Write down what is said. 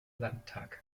landtag